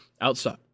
outside